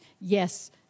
yes